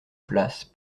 place